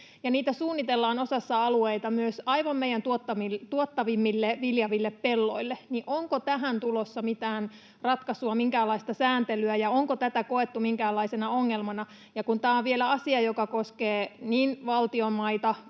niitä suunnitellaan osassa alueita myös aivan meidän tuottavimmille viljaville pelloille, niin onko tähän tulossa mitään ratkaisua, minkäänlaista sääntelyä? Ja onko tätä koettu minkäänlaisena ongelmana, kun tämä on vielä asia, joka koskee niin valtion maita